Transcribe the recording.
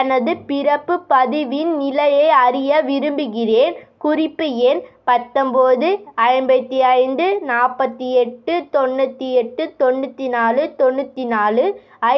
எனது பிறப்பு பதிவின் நிலையை அறிய விரும்புகிறேன் குறிப்பு எண் பத்தொம்பது ஐம்பத்தி ஐந்து நாற்பத்தி எட்டு தொண்ணூற்றி எட்டு தொண்ணூற்றி நாலு தொண்ணூற்றி நாலு